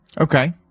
Okay